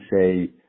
say